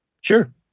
sure